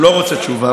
הוא לא רוצה תשובה.